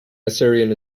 assyrian